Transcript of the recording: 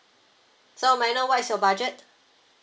so may I know what is your budget